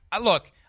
Look